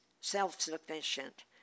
self-sufficient